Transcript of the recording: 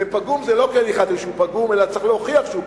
ופגום זה לא כי אני החלטתי שהוא פגום אלא צריך להוכיח שהוא פגום,